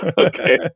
Okay